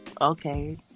Okay